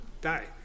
die